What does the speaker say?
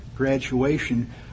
graduation